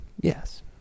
Yes